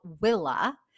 Willa